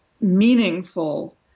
meaningful